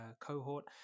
cohort